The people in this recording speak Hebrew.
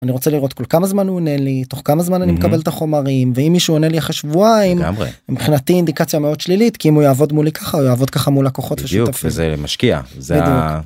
אני רוצה לראות כל כמה זמן הוא עונה לי, תוך כמה זמן אני מקבל את החומרים, ואם מישהו עונה לי אחרי שבועיים - מבחינתי אינדיקציה מאוד שלילית, כי אם הוא יעבוד מולי ככה הוא יעבוד ככה מול לקוחות. בדיוק, וזה משקיע, זה ה...